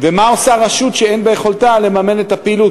מה עושה רשות שאין ביכולתה לממן את הפעילות,